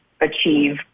achieve